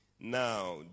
Now